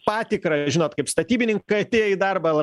patikrą žinot kaip statybininkai atėję į darbą